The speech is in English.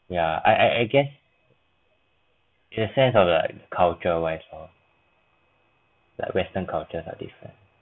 yeah I I I guess the sense of like culture wise or like western cultures are different